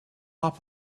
top